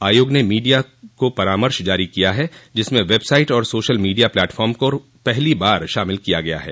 आयोग ने मीडिया को परामर्श जारी किया है जिसमें वेबसाइट और सोशल मीडिया प्लेटफार्म को पहली बार शामिल किया गया है